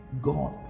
God